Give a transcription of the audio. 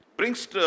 Brings